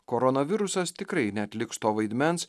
koronavirusas tikrai neatliks to vaidmens